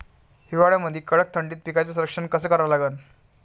हिवाळ्यामंदी कडक थंडीत पिकाचे संरक्षण कसे करा लागन?